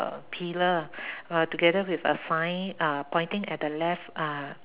uh pillar uh together with a sigh uh pointing at the left uh